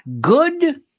good